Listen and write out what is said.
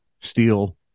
steel